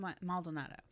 maldonado